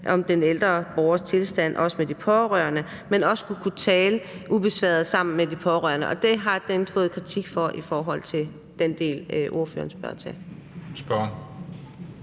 om den ældre borgers tilstand også med de pårørende, altså at man også skal kunne tale ubesværet sammen med de pårørende. For det har den fået kritik for i forhold til den del, ordføreren spørger til.